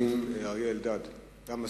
אריה אלדד גם מסכים.